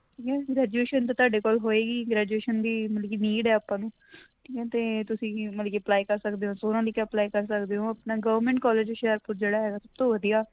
ਠੀਕ ਹੈ ਗ੍ਰੈਜੂਏਸ਼ਨ ਤਾਂ ਤੁਹਾਡੇ ਕੋਲ ਹੋਏਗੀ ਗ੍ਰੈਜੂਏਸ਼ਨ ਦੀ ਮਤਲਬ ਕਿ ਨੀਡ ਹੈ ਆਪਾਂ ਨੂੰ ਠੀਕ ਆ ਅਤੇ ਤੁਸੀਂ ਮਤਲਬ ਕਿ ਅਪਲਾਈ ਕਰ ਸਕਦੇ ਹੋ ਸੋਨਾਲੀਕਾ ਅਪਲਾਈ ਕਰ ਸਕਦੇ ਹੋ ਆਪਣਾ ਗਵਰਮੈਂਟ ਕੋਲਜ ਹੁਸ਼ਿਆਰਪੁਰ ਜਿਹੜਾ ਹੈਗਾ ਸਭ ਤੋਂ ਵਧੀਆ